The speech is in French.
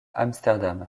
amsterdam